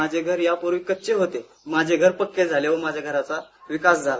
माझे घर यापूर्वी कच्चे होते ते आता पक्के झाले व माझ्या घराचा विकास झाला